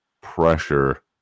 pressure